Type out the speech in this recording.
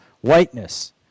whiteness